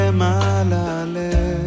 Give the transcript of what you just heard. malale